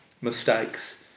mistakes